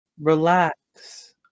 relax